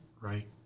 right